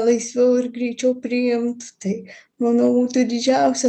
laisviau ir greičiau priimtų tai manau tai didžiausia